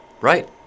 Right